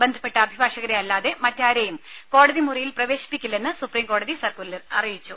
ബന്ധപ്പെട്ട അഭിഭാഷകരെയല്ലാതെ മറ്റാരെയും കോടതി മുറിയിൽ പ്രവേശിപ്പിക്കില്ലെന്ന് സുപ്രീംകോടതി സർക്കുലറിൽ അറിയിച്ചു